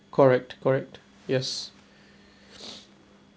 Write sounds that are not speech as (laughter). correct correct yes (breath)